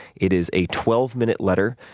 it is a twelve minute letter.